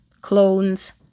clones